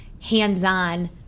hands-on